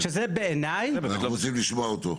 אנחנו רוצים לשמוע אותו.